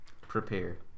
Prepare